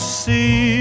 see